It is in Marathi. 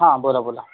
हां बोला बोला